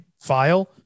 file